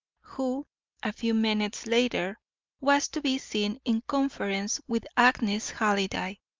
who a few minutes later was to be seen in conference with agnes halliday.